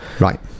right